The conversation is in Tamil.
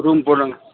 ரூம் போடலாம்